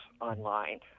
online